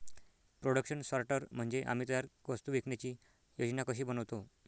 production सॉर्टर म्हणजे आम्ही तयार वस्तू विकण्याची योजना कशी बनवतो